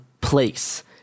place